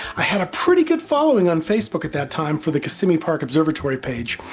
i had a pretty good following on facebook at that time for the kissimmee park observatory page,